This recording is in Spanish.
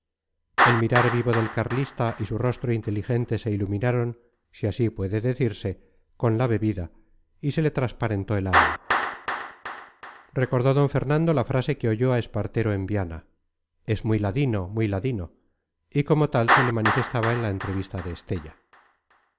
el mirar vivo del carlista y su rostro inteligente se iluminaron si así puede decirse con la bebida y se le transparentó el alma recordó d fernando la frase que oyó a espartero en viana es muy ladino muy ladino y como tal se le manifestaba en la entrevista de estella